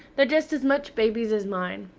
they're just as much baby's as mine.